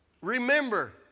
Remember